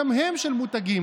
אתם לא מתביישים,